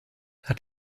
hat